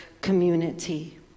community